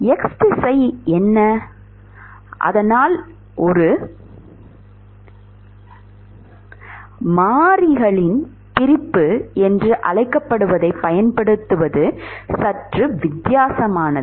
மாணவர் x திசையை என் ன So one அதனால் ஒரு மாறிகளின் பிரிப்பு என்று அழைக்கப்படுவதைப் பயன்படுத்துவது சற்று வித்தியாசமானது